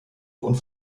und